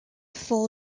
full